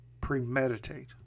Premeditate